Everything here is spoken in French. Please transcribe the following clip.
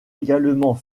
également